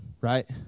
right